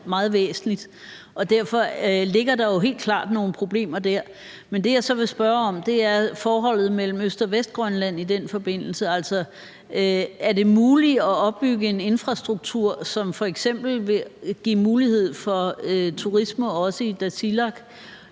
meget væsentligt, og derfor ligger der jo helt klart nogle problemer der. Men det, jeg så vil spørge til, er forholdet mellem Øst- og Vestgrønland i den forbindelse. Altså, er det muligt at opbygge en infrastruktur, som f.eks. vil give mulighed for turisme også i Tasiilaq?